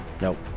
Nope